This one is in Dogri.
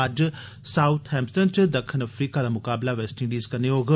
अज्ज साउथ हैंपटन च दक्खनी अफ्रीका दा मुकाबला वेस्ट इंडीज़ कन्नै होग